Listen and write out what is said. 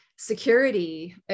security